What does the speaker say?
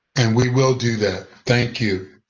and we will do that. thank you.